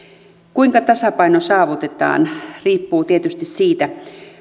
kuinka tasapaino saavutetaan se riippuu tietysti siitä